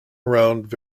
around